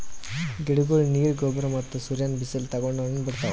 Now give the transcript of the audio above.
ಗಿಡಗೊಳ್ ನೀರ್, ಗೊಬ್ಬರ್ ಮತ್ತ್ ಸೂರ್ಯನ್ ಬಿಸಿಲ್ ತಗೊಂಡ್ ಹಣ್ಣ್ ಬಿಡ್ತಾವ್